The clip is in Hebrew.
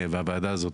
והוועדה הזאת,